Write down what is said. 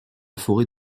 forêt